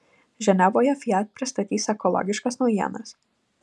ženevoje fiat pristatys ekologiškas naujienas